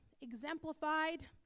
exemplified